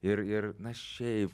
ir ir na šiaip